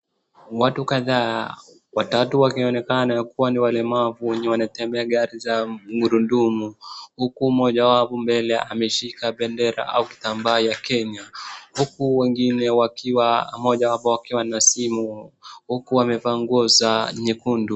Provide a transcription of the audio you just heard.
Watu kadhaa, watatu wakionekana kuwa ni walemavu wenye wanatembea gari za gurudumu huku mmoja wao hapo mbele ameshika pendera au kitambaa ya Kenya. Huku wengine wakiwa mmojawapo akiwa na simu huku wameva nguo za nyekundu.